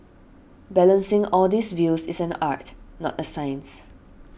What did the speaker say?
balancing all these views is an art not a science